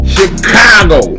Chicago